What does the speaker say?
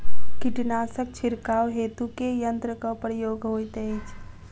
कीटनासक छिड़काव हेतु केँ यंत्रक प्रयोग होइत अछि?